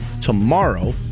Tomorrow